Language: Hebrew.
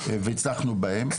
והצלחנו בהן.